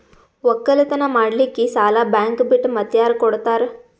ಒಕ್ಕಲತನ ಮಾಡಲಿಕ್ಕಿ ಸಾಲಾ ಬ್ಯಾಂಕ ಬಿಟ್ಟ ಮಾತ್ಯಾರ ಕೊಡತಾರ?